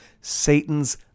Satan's